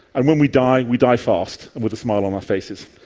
and when we die we die fast with a smile on our faces.